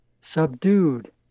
subdued